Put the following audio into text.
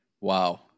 Wow